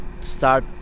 start